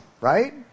right